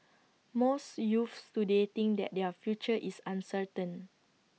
most youths today think that their future is uncertain